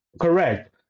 Correct